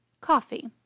coffee